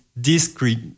discrete